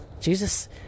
Jesus